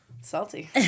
salty